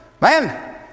Man